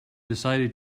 decided